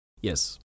Yes